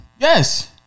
Yes